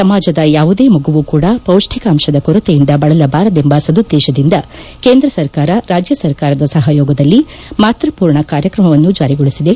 ಸಮಾಜದ ಯಾವುದೇ ಮಗುವು ಕೂಡ ಪೌಷ್ಟಿಕಾಂಶದ ಕೊರತೆಯಿಂದ ಬಳಲಬಾರದೆಂಬ ಸದುದ್ದೇಶದಿಂದ ಕೇಂದ್ರ ಸರ್ಕಾರ ರಾಜ್ಯ ಸರ್ಕಾರದ ಸಹಯೋಗದಲ್ಲಿ ಮಾತೃಪೂರ್ಣ ಕಾರ್ಯಕ್ರಮವನ್ನು ಜಾರಿಗೊಳಿಸಲಾಗಿದೆ